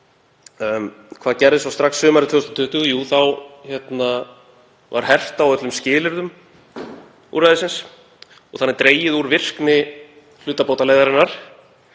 Hvað gerðist svo strax sumarið 2020? Jú, þá var hert á öllum skilyrðum úrræðisins og þannig dregið úr virkni hlutabótaleiðarinnar.